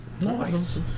nice